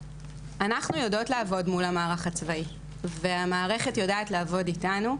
אנחנו יודעות לעבוד מול המערך הצבאי והמערכת יודעת לעבוד איתנו.